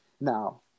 Now